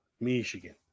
michigan